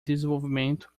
desenvolvimento